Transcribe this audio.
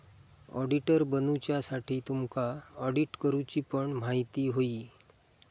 auditor बनुच्यासाठी तुमका audit करूची पण म्हायती होई